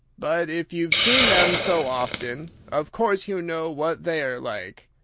but if you've seen them so often, of course you know what they're like.